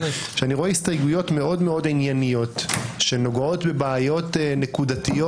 שהן מאוד-מאוד ענייניות שנוגעות בבעיות נקודתיות